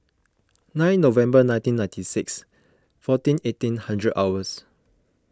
nine November nineteen nineteen six fourteen eighteen hundred hours